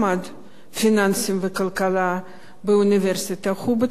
פיננסים וכלכלה באוניברסיטה, הוא בתחום אחר,